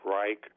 Reich